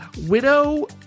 Widow